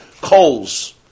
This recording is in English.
coals